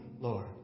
Lord